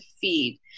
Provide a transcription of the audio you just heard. feed